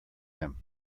him